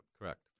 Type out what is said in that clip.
Correct